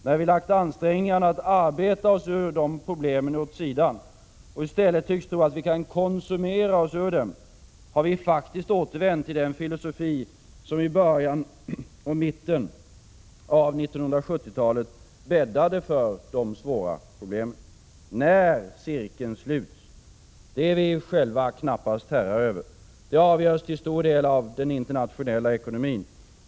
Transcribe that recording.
När vi lagt ansträngningarna att arbeta oss ur de problemen åt sidan och i stället tycks tro att vi kan konsumera oss ur dem, har vi faktiskt återvänt till den filosofi som i början och mitten av 1970-talet bäddade för de svåra problemen. När cirkeln sluts är vi själva knappast herrar över. Det avgörs till stor del av den internationella ekonomin.